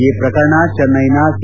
ಈ ಪ್ರಕರಣ ಚೆನ್ನೈನ ಸಿ